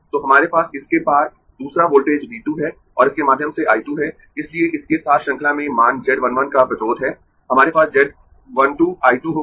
तो हमारे पास इसके पार दूसरा पोर्ट V 2 है और इसके माध्यम से I 2 है इसलिए इसके साथ श्रृंखला में मान z 1 1 का प्रतिरोध है हमारे पास z 1 2 I 2 होगा